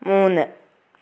മൂന്ന്